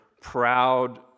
proud